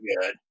good